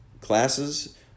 classes